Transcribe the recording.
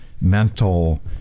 mental